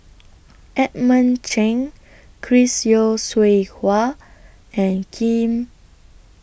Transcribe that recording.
Edmund Cheng Chris Yeo Siew Hua and Khim